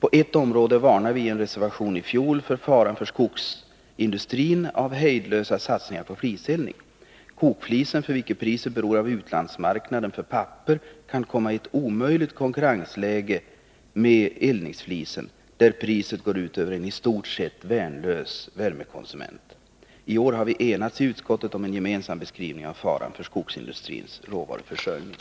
I en reservation i fjol varnade vi för faran för skogsindustrin av hejdlösa satsningar på fliseldning. Kokflisen, för vilken priset beror av utlandsmarknaden för papper, kan komma i ett omöjligt konkurrensläge gentemot eldningsflisen, där prissättningen går ut över en i stort sett värnlös värmekonsument. I år har vi enats i utskottet om en gemensam beskrivning av faran för skogsindustrins råvaruförsörjning.